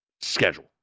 schedule